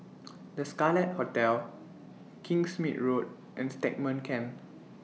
The Scarlet Hotel Kingsmead Road and Stagmont Camp